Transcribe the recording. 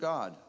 God